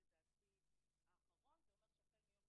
כשאת מדברת על מה שיקרה בעוד שבועיים --- אחרי המחאה של היומיים,